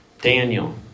Daniel